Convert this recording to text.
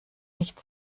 nicht